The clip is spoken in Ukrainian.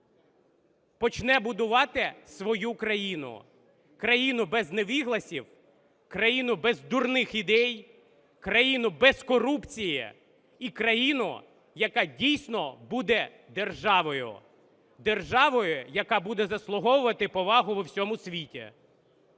почне будувати свою країну: країну без невігласів, країну без дурних ідей, країну без корупції і країну, яка дійсно буде державою, державою, яка буде заслуговувати повагу в усьому світі.